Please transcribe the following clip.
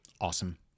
Awesome